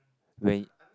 wait